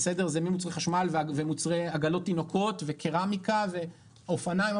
זה ממוצרי חשמל ומוצרי עגלות תינוקות וקרמיקה ואופניים,